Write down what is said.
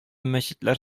мәчетләр